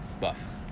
buff